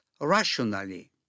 rationally